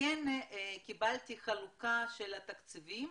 וכן קיבלתי חלוקה של התקציבים